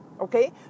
okay